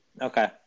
Okay